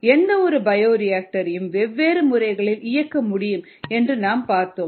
எந்தவொரு பயோரியாக்டர்யையும் வெவ்வேறு முறைகளில் இயக்க முடியும் என்று நாம் பார்த்தோம்